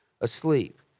asleep